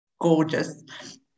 gorgeous